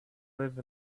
live